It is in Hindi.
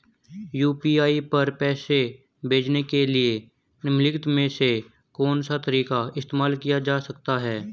यू.पी.आई पर पैसे भेजने के लिए निम्नलिखित में से कौन सा तरीका इस्तेमाल किया जा सकता है?